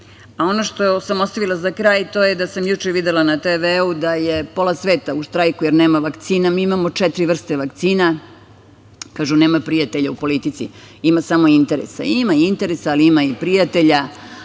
što sam ostavila za kraj to je da sam juče videla na TV-u da je pola sveta u štrajku jer nema vakcina. Mi imamo četiri vrste vakcina. Kažu – nema prijatelja u politici, ima samo interesa. Ima interesa, ali ima i prijatelja.